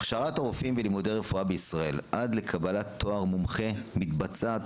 הכשרת הרופאים בלימודי הרפואה בישראל עד לקבלת תואר "מומחה" מתבצעת,